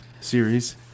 series